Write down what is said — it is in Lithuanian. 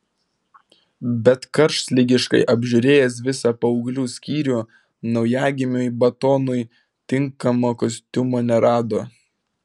bet karštligiškai apžiūrėjęs visą paauglių skyrių naujagimiui batonui tinkamo kostiumo nerado